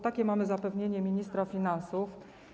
Takie mamy zapewnienie ministra finansów.